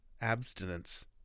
abstinence